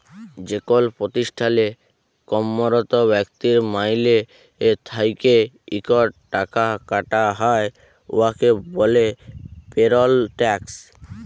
যেকল পতিষ্ঠালে কম্মরত ব্যক্তির মাইলে থ্যাইকে ইকট টাকা কাটা হ্যয় উয়াকে ব্যলে পেরল ট্যাক্স